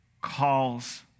calls